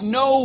no